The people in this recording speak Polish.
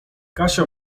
kasia